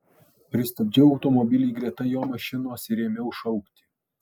pristabdžiau automobilį greta jo mašinos ir ėmiau šaukti